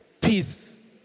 Peace